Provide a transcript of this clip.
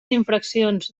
infraccions